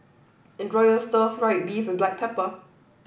enjoy your Stir Fried Beef With Black Pepper